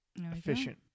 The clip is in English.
Efficient